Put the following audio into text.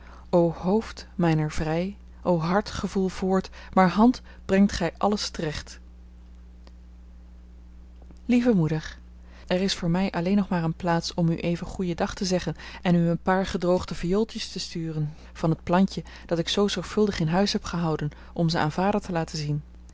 o hoofd mijner vrij o hart gevoel voort maar hand breng gij alles terecht lieve moeder er is voor mij alleen nog maar een plaats om u even goeien dag te zeggen en u een paar gedroogde viooltjes te sturen van het plantje dat ik zoo zorgvuldig in huis heb gehouden om ze aan vader te laten zien